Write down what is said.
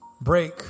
break